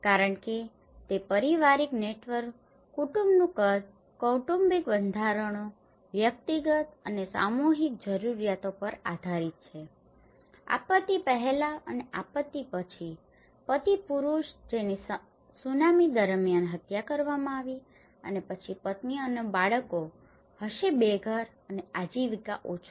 કારણ કે તે પારિવારિક નેટવર્ક કુટુંબનું કદ કૌટુંબિક બંધારણો વ્યક્તિગત અને સામૂહિક જરૂરિયાતો પર આધારિત છે આપત્તિ પહેલાં અને આપત્તિ પછી પતિ પુરૂષ જેની સુનામી દરમિયાન હત્યા કરવામાં આવી છે અને પછી પત્ની અને બાળકો હશે બેઘર અને આજીવિકા ઓછું